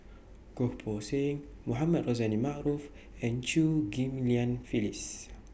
Goh Poh Seng Mohamed Rozani Maarof and Chew Ghim Lian Phyllis